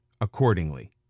Accordingly